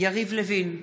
יריב לוין,